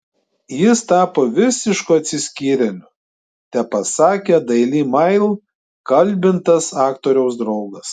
jis tapo visišku atsiskyrėliu tepasakė daily mail kalbintas aktoriaus draugas